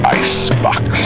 icebox